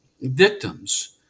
victims